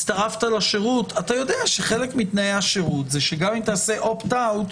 הצטרפת לשירות אתה יודע שחלק מתנאי השירות זה שגם אם תעשה אופט אאוט,